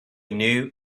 knew